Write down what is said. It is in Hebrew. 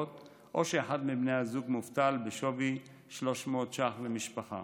או שבהן אחד מבני הזוג מובטל בשווי 300 ש"ח למשפחה,